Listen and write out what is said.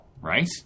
Right